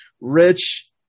Rich